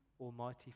Almighty